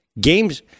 games